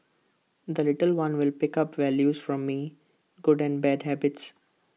the little one will pick up values from me good and bad habits